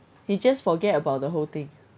he just forget about the whole thing